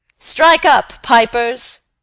strike up, pipers!